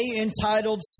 entitled